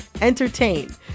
entertain